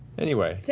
anyway.